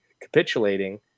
capitulating